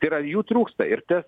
tai yra jų trūksta ir tas